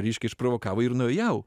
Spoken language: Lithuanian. reiškia išprovokavo ir nuėjau